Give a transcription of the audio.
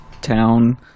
town